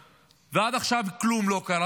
ועד עכשיו כלום לא קרה,